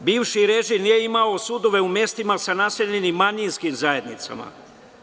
Osmo, bivši režim nije imao sudove u mestima sa naseljenim manjinskim zajednicama.